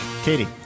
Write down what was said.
Katie